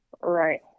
Right